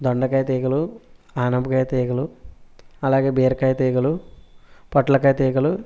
దొండకాయ తీగలు ఆనపకాయ తీగలు అలాగే బీరకాయ తీగలు పొట్లకాయ తీగలు